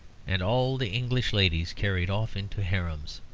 and all the english ladies carried off into harems.